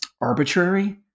arbitrary